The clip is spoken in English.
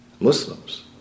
Muslims